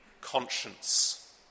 conscience